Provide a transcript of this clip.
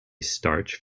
starch